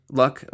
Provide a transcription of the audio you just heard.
luck